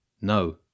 No